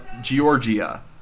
Georgia